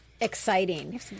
exciting